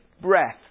breath